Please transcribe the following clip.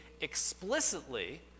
explicitly